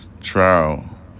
trial